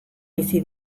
bizi